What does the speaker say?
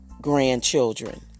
grandchildren